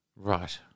Right